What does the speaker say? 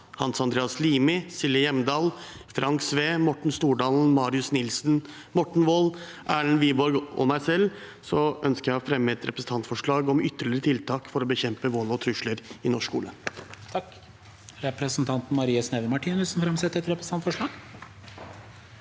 Hans Andreas Limi, Silje Hjemdal, Frank Edvard Sve, Morten Stordalen, Marius Arion Nilsen, Morten Wold, Erlend Wiborg og meg selv ønsker jeg å fremme et representantforslag om ytterligere tiltak for å bekjempe vold og trusler i norsk skole. Presidenten Representanten Marie Sne- ve Martinussen vil framsette et representantforslag.